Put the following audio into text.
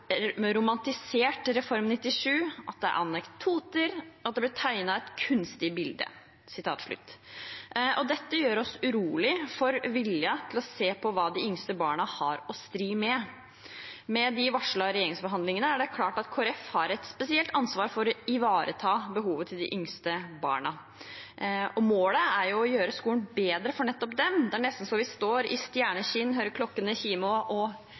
og at det blir «tegnet et kunstig bilde». Dette gjør oss urolige for viljen til å se på hva de yngste barna har å stri med. Med de varslede regjeringsforhandlingene er det klart at Kristelig Folkeparti har et spesielt ansvar for å ivareta behovet til de yngste barna. Målet er jo å gjøre skolen bedre for nettopp dem. Det er nesten så vi står i stjerneskinn, hører klokkene kime og